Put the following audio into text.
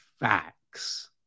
facts